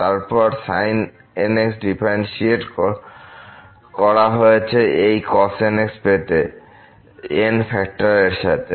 তারপর sin nx differentiate করা হয়েছে এই cos nx পেতে n ফাক্টর এর সাথে